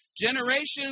generations